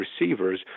receivers